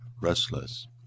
restless